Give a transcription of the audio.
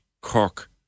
Cork